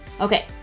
Okay